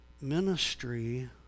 ministry